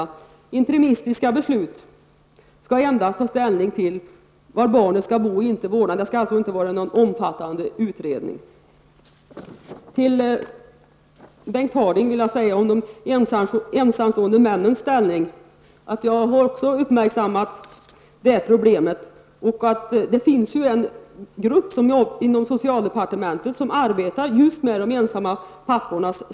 I interimistiska beslut skall man endast ta ställning till var barnet skall bo och inte till vem vårdnaden skall tillfalla. Det behövs alltså inte någon omfattande utredning. Till Bengt Harding Olson vill jag säga att också jag har uppmärksammat problemet med de ensamstående männens ställning. Det finns en grupp inom socialdepartementet som arbetar med just detta.